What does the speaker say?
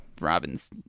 Robin's